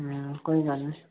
हां कोई गल्ल नी